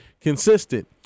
consistent